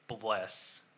Bless